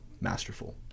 Masterful